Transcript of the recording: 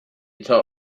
thought